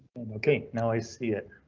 ok, now i see it.